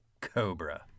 Cobra